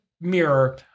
mirror